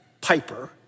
Piper